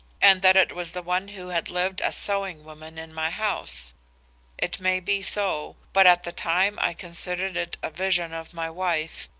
and that it was the one who had lived as sewing woman in my house it may be so, but at the time i considered it a vision of my wife,